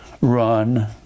run